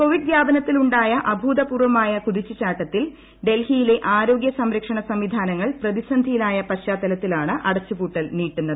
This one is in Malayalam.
കോവിഡ് വ്യാപനത്തിലുണ്ടായ അഭൂതപൂർവ്വമായ കുതിച്ചു ചാട്ടത്തിൽ ഡൽഹിയിലെ ആരോഗ്യ സംരക്ഷണ സംവിധാനങ്ങൾ പ്രതിസന്ധിയിലായ പശ്ചാത്തലത്തിലാണ് അടച്ചുപൂട്ടൽ നീട്ടുന്നത്